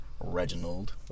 Reginald